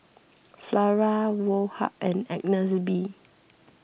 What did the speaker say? Flora Woh Hup and Agnes B